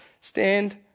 stand